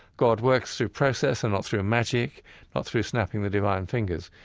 god works through process and not through magic not through snapping the divine fingers.